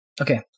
Okay